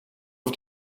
auf